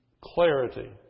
clarity